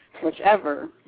whichever